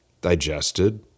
digested